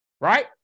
right